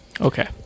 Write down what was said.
Okay